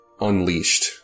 unleashed